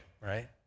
right